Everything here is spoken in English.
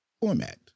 format